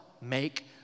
make